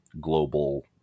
global